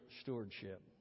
stewardship